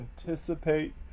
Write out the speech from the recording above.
anticipate